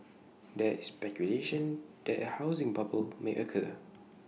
there is speculation that A housing bubble may occur